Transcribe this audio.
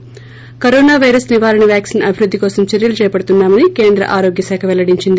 ి corona virus నివారణ vaccine అభివృద్ది కోసం చర్యలు చేపడుతున్నా మని కేంద్ర ఆరోగ్య శాఖ పెల్లడించింది